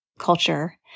culture